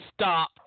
stop